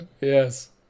Yes